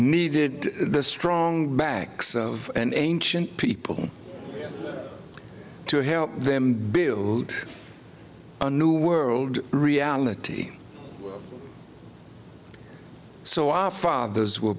needed the strong banks of an ancient people to help them build a new world reality so our fathers were